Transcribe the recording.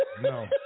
No